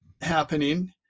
happening